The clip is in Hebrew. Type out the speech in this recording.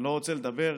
אני לא רוצה לדבר,